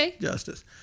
justice